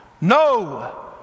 No